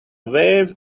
wave